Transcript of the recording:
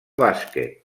bàsquet